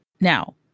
Now